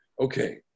Okay